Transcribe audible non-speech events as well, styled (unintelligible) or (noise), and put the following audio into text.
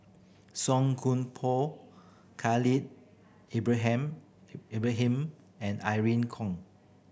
Song Koon Poh Khalil (unintelligible) Ibrahim and Irene Khong